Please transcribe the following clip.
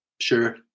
Sure